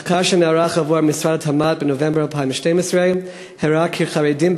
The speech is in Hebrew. מחקר שנערך עבור משרד התמ"ת בנובמבר 2012 הראה כי חרדים,